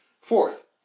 Fourth